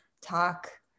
talk